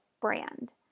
brand